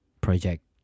Project